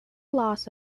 loss